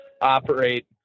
operate